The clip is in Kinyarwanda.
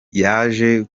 yaje